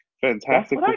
fantastic